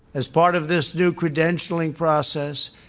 as part of this new credentialing process,